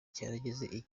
cyarageze